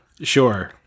Sure